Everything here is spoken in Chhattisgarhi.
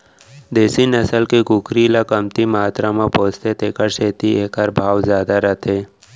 देसी नसल के कुकरी ल कमती मातरा म पोसथें तेकर सेती एकर भाव जादा रथे